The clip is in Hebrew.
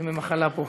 ימי מחלה פה.